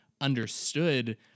understood